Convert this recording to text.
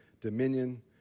dominion